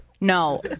No